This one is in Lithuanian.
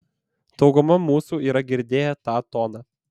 dauguma mūsų yra girdėję tą toną